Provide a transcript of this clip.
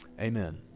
Amen